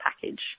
package